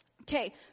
Okay